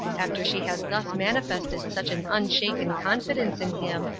after she has thus manifested such an unshaken confidence in him,